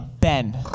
Ben